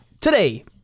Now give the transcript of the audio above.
Today